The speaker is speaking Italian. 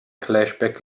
flashback